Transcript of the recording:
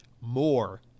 more